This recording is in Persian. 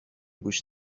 گوش